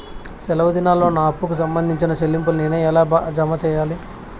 సెలవు దినాల్లో నా అప్పుకి సంబంధించిన చెల్లింపులు నేను ఎలా జామ సెయ్యాలి?